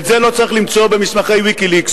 את זה לא צריך למצוא במסמכי "ויקיליקס",